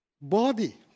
body